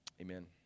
amen